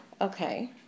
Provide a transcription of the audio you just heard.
Okay